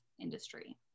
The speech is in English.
industry